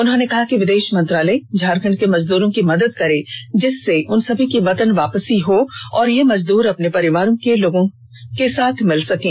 उन्होंने कहा कि विदेश मंत्रालय झारखंड के मजदूरों की मदद करे जिससे उन सभी की वतन वापसी हो और ये मजदूर अपने परिवार के लोगों से मिल सकें